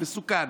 מסוכן.